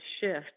shift